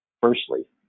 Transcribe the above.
Firstly